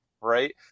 right